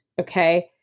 okay